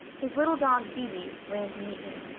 his little dog bibi ran to meet him,